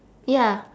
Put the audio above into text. ya